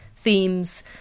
themes